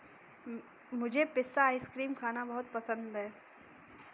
मुझे पिस्ता आइसक्रीम खाना बहुत पसंद है